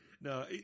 No